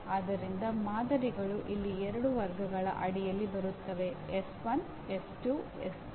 ಆದ್ದರಿಂದ ಮಾದರಿಗಳು ಇಲ್ಲಿ ಎರಡು ವರ್ಗಗಳ ಅಡಿಯಲ್ಲಿ ಬರುತ್ತವೆ ಎಸ್ 1 ಎಸ್ 2 ಎಸ್ 3